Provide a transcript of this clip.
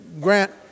grant